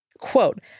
Quote